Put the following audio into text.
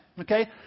Okay